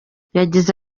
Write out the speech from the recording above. yagize